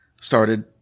started